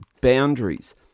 boundaries